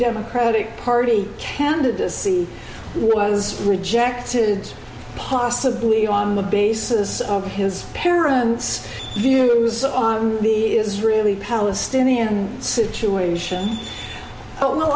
democratic party candidacy was rejected possibly on the basis of his parents views on the israeli palestinian situation oh